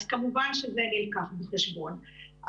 אז כמובן שזה נלקח בחשבון.